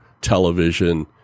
television